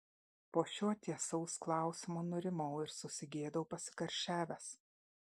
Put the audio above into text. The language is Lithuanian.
po šio tiesaus klausimo nurimau ir susigėdau pasikarščiavęs